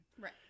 Right